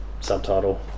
subtitle